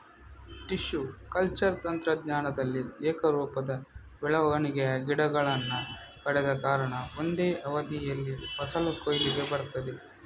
tissue culture ತಂತ್ರಜ್ಞಾನದಲ್ಲಿ ಏಕರೂಪದ ಬೆಳವಣಿಗೆಯ ಗಿಡಗಳನ್ನ ಪಡೆವ ಕಾರಣ ಒಂದೇ ಅವಧಿಯಲ್ಲಿ ಫಸಲು ಕೊಯ್ಲಿಗೆ ಬರ್ತದೆ